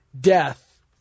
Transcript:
death